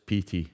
PT